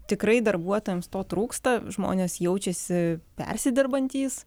tikrai darbuotojams to trūksta žmonės jaučiasi persidirbantys